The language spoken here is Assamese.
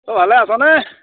অ' ভালে আছনে